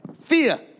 Fear